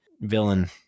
villain